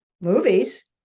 movies